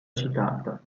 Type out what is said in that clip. citata